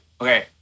okay